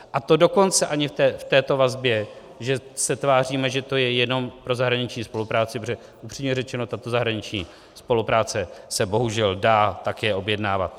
A to dokonce ani v této vazbě, že se tváříme, že to je jenom pro zahraniční spolupráci, protože upřímně řečeno, tato zahraniční spolupráce se bohužel dá také objednávat.